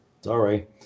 Sorry